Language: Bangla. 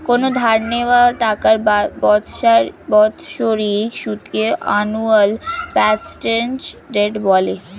কোনো ধার নেওয়া টাকার বাৎসরিক সুদকে অ্যানুয়াল পার্সেন্টেজ রেট বলে